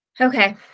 Okay